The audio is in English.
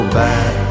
back